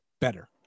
better